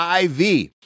IV